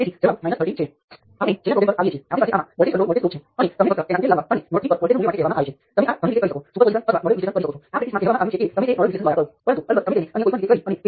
તેથી આ તમામ એન્ટ્રીઓ રેઝિસ્ટન્સ છે અને આ એન્ટ્રીઓ પરિમાણરહિત અચળાંકો છે